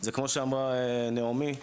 כפי שאמרה נעמי,